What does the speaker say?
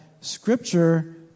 Scripture